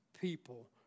people